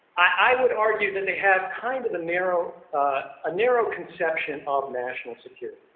i would argue that they have kind of a narrow ah narrow conception of national security.